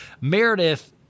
Meredith